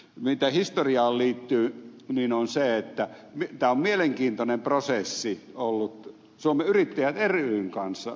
mitä historiaan liittyy tämä on ollut mielenkiintoinen prosessi suomen yrittäjät ryn kanssa ed